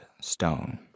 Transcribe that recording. stone